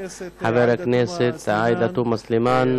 חברת הכנסת עאידה תומא סלימאן,